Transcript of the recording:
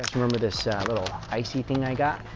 remember this yeah little icy thing i got?